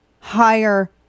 higher